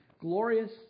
glorious